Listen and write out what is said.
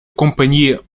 companhia